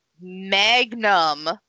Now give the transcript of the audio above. magnum